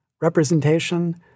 representation